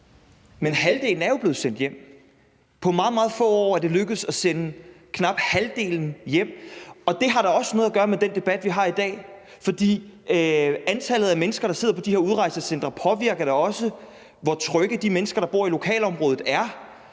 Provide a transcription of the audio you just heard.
Men halvdelen er jo blevet sendt hjem. På meget, meget få år er det lykkedes at sende halvdelen hjem, og det har da også noget at gøre med den debat, vi har i dag, for antallet af mennesker, der sidder på de her udrejsecentre, påvirker da også, hvor trygge de mennesker, der bor i lokalområdet, er,